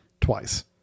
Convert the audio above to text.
twice